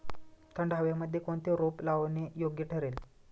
थंड हवेमध्ये कोणते रोप लावणे योग्य ठरेल?